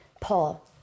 pull